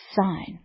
sign